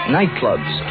Nightclubs